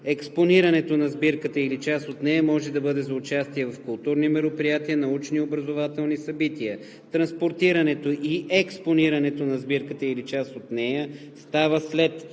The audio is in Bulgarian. Експонирането на сбирката или част от нея може да бъде за участие в културни мероприятия, научни и образователни събития. Транспортирането и експонирането на сбирката или част от нея става след